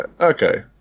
okay